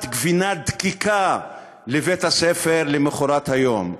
גבינה דקיקה לבית-הספר למחרת היום.